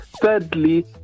Thirdly